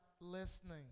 listening